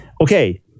Okay